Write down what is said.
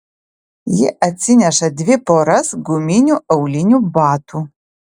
ji atsineša dvi poras guminių aulinių batų